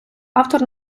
автор